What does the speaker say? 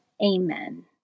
Amen